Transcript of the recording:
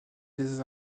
des